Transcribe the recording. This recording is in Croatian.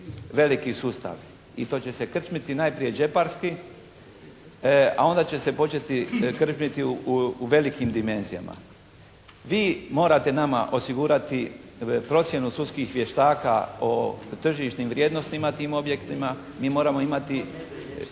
veliki sustavi. I to će se krčmiti najprije džeparski, a onda će se krčmiti u velikim dimenzijama. Vi morate nama osigurati procjenu sudskih vještaka o tržišnim vrijednostima tim objektima, mi moramo imati